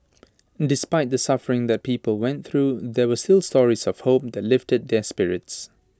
despite the suffering the people went through there were still stories of hope that lifted their spirits